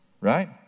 Right